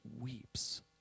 weeps